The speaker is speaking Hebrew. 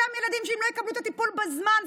אותם ילדים שאם לא יקבלו את הטיפול בזמן,